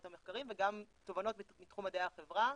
המחקרים וגם תובנות מתחום מדעי החברה